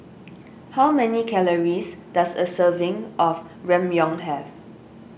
how many calories does a serving of Ramyeon have